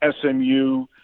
SMU